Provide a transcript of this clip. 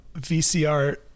VCR